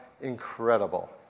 incredible